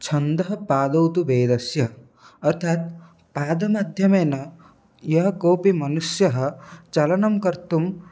छन्दः पादौ तु वेदस्य अर्थात् पादमसध्यमेन यः कोऽपि मनुष्यः चलनं कर्तु्म्